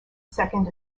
second